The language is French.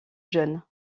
jeunes